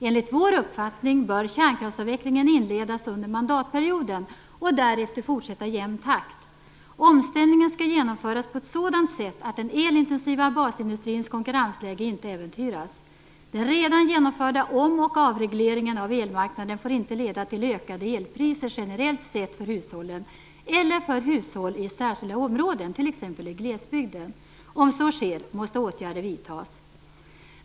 Enligt vår uppfattning bör kärnkraftsavvecklingen inledas under mandatperioden och därefter fortsätta i jämn takt. Omställningen ska genomföras på ett sådant sätt att den elintensiva basindustrins konkurrensläge inte äventyras. Den redan genomförda om och avregleringen av elmarknaden får inte leda till ökade elpriser generellt sett för hushållen eller för hushåll i särskilda områden, till exempel i glesbygden. Om så sker måste åtgärder vidtas.